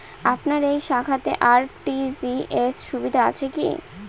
আপনার এই শাখাতে আর.টি.জি.এস সুবিধা আছে কি?